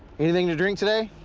anything to drink today?